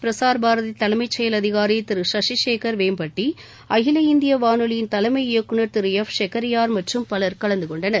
பிரசார் பாரதி தலைமை செயல் அதிகாரி திரு சஷிசேகர் வேம்பட்டி அகில இந்திய வானொலி தலைமை இயக்குநர் திரு எஃப் ஷெகரியார் மற்றும் பலர் கலந்து கொண்டனர்